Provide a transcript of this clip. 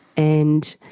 and